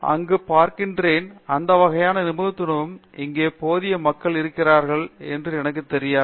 நான் அங்கு தான் பார்க்கிறேன் அந்த வகையான நிபுணத்துவத்துடன் இங்கு போதிய மக்கள் இருக்கிறார்கள் என்பது எனக்குத் தெரியாது